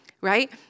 right